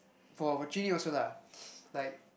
for for Jun-Yi also lah like